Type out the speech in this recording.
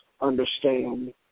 understand